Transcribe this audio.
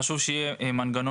חשוב שיהיה מנגנון